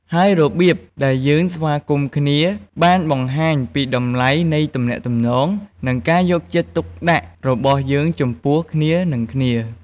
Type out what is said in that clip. ហើយរបៀបដែលយើងស្វាគមន៍គ្នា បានបង្ហាញពីតម្លៃនៃទំនាក់ទំនង និងការយកចិត្តទុកដាក់របស់យើងចំពោះគ្នានិងគ្នា។